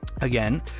again